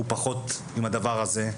הוא פחות עם הדבר הזה.